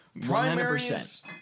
Primaries